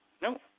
No